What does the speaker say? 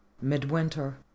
Midwinter